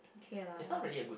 kay lah